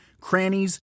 crannies